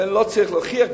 ואני לא צריך להוכיח,